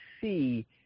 see